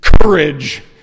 courage